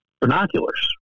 binoculars